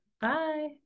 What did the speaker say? Bye